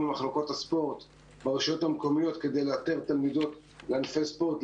מחלקות הספורט ברשויות המקומיות כדי לאתר תלמידות בענפי ספורט,